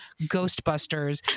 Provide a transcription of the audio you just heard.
Ghostbusters